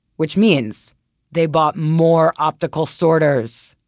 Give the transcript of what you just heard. which means they bought more optical sorters.